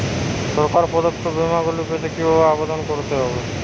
সরকার প্রদত্ত বিমা গুলি পেতে কিভাবে আবেদন করতে হবে?